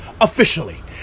officially